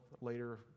later